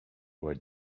where